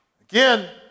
Again